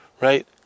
right